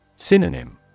Synonym